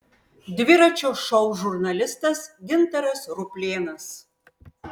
dviračio šou žurnalistas gintaras ruplėnas